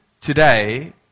today